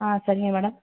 ஆ சரிங்க மேடம்